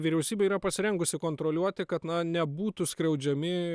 vyriausybė yra pasirengusi kontroliuoti kad na nebūtų skriaudžiami